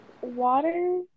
Water